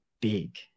big